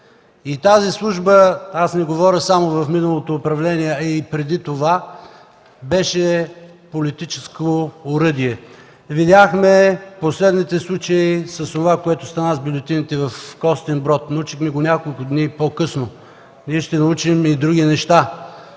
явления. Аз не говоря само за миналото управление, а и преди това – тази служба беше политическо оръдие. Видяхме последните случаи и това, което стана с бюлетините в Костинброд, научихме го няколко дни по-късно. Ние ще научим и други неща.